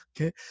okay